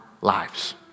lives